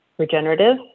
regenerative